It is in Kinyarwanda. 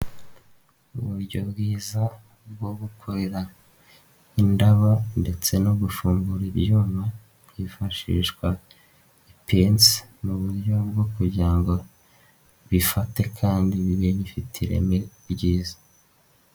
Uburyo bwiza bwo gukorera indabo ndetse no gufungura ibyuma hifashishwa ipensi mu buryo bwo kugira ngo bifate kandi bibe bifite ireme ryiza.